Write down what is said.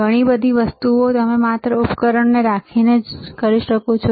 ઘણી બધી વસ્તુઓ તમે માત્ર એક ઉપકરણ રાખીને કરી શકો છો